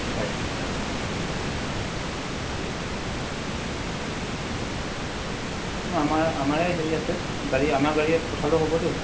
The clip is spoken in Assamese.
হয় হয় আমাৰ আমাৰে হেৰি আছে গাড়ী আমাৰ গাড়ীৰে পঠালেও হ'বতো